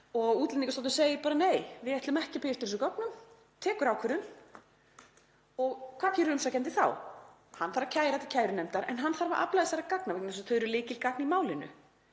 og Útlendingastofnun segir bara að hún ætli ekki að bíða eftir þessum gögnum og tekur ákvörðun. Og hvað gerir umsækjandi þá? Hann þarf að kæra til kærunefndar, en hann þarf að afla þessara gagna vegna þess að þau eru lykilgögn í málinu,